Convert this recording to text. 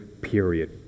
period